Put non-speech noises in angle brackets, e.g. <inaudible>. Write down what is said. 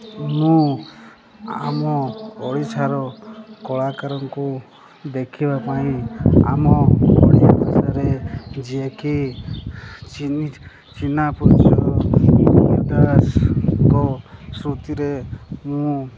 ମୁଁ ଆମ ଓଡ଼ିଶାର କଳାକାରଙ୍କୁ ଦେଖିବା ପାଇଁ ଆମ ଓଡ଼ିଆ ଭାଷାରେ ଯିଏକି ଚିନି <unintelligible> ଦାସଙ୍କ ସ୍ମୃତିରେ ମୁଁ